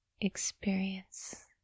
experience